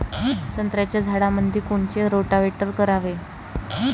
संत्र्याच्या झाडामंदी कोनचे रोटावेटर करावे?